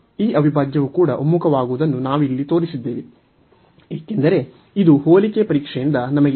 ಈ ಅವಿಭಾಜ್ಯವು ಕೂಡ ಒಮ್ಮುಖವಾಗುವುದನ್ನು ನಾವು ಇಲ್ಲಿ ತೋರಿಸಿದ್ದೇವೆ ಏಕೆಂದರೆ ಇದು ಹೋಲಿಕೆ ಪರೀಕ್ಷೆಯಿಂದ ನಮಗೆ ಇದೆ